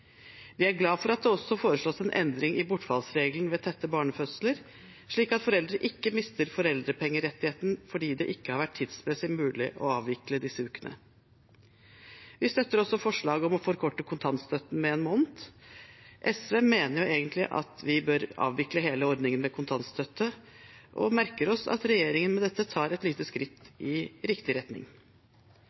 Vi er glad for at det også foreslås en endring i bortfallsregelen ved tette barnefødsler, slik at foreldre ikke mister foreldrepengerettigheten fordi det ikke har vært tidsmessig mulig å avvikle disse ukene. Vi støtter også forslaget om å forkorte kontantstøtten med en måned. SV mener jo egentlig at vi bør avvikle hele ordningen med kontantstøtte, og merker oss at regjeringen med dette tar et lite skritt i riktig retning.